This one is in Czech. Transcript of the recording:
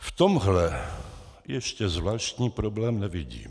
V tomhle ještě zvláštní problém nevidím.